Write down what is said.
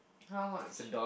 how much